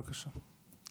בבקשה.